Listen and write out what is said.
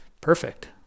perfect